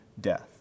death